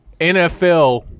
NFL